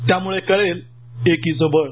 त्यामुळे कळेल एकीचं बळ